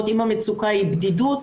המצוקה.